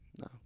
No